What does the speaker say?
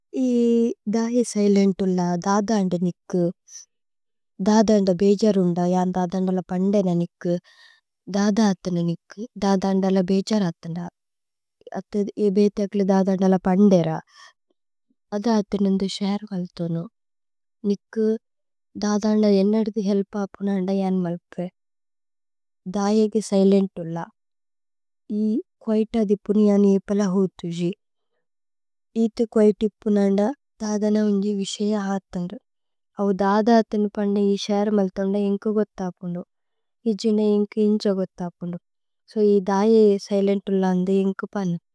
Í ദഹി സൈലേന്ത് ഉല്ല, ദദ അന്ദ നിക്കു ദദ। അന്ദ ബേജര് ഉന്ദ ജന് ദദ അന്ദ ല പന്ദേന। നിക്കു ദദ അത നു നിക്കു ദദ അന്ദ ല ബേജര്। അത ന അത ഏബേ തേക്ലേ ദദ അന്ദ ല പന്ദേര। അത അത നു ന്ദു ശേഅര് വല്ഥുനു നിക്കു ദദ। അന്ദ ഏന്നദ ദി ഹേല്പ അപുന അന്ദ ജന് മല്പേ। ദഹി ഏഗി സൈലേന്ത് ഉല്ല Í ക്വൈത ദി പുനി അനി। ഏപല ഹു തുജി Í തു ക്വൈതി പുനന്ദ ദദ। ന ഉന്ജി വിശയ അത ന്ദു ഔ ദദ അത നു। പന്ദേന ഇ ശേഅര് വല്ഥുന്ദ ഏന്ക്കു ഗോഥ। അപുന ഇ ജി ന ഏന്ക്കു ഇന്ഛ ഗോഥ അപുന സോ। í ദഹി സൈലേന്ത് ഉല്ല അന്ദ ഏന്ക്കു പന്ന।